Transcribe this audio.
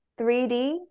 3d